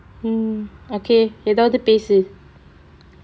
mm okay எதாவது பேசு:ethaavathu pesu